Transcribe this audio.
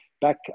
back